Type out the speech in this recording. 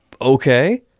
okay